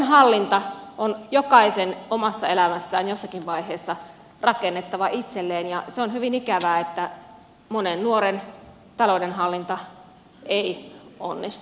taloudenhallinta on jokaisen omassa elämässään jossakin vaiheessa rakennettava itselleen ja se on hyvin ikävää että monen nuoren taloudenhallinta ei onnistu